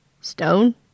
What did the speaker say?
Stone